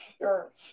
Sure